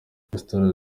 resitora